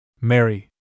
Mary